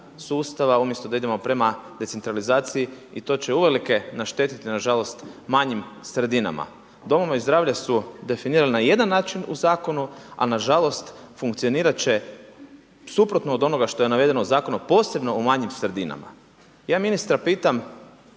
sustava. Umjesto da idemo decentralizaciji i to će uvelike naštetiti na žalost manjim sredinama. Domovi zdravlja su definirani na jedan način u zakonu, a nažalost funkcionirat će suprotno od onoga što je navedeno u Zakonu, posebno u manjim sredinama. Ja ministra pitam